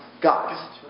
God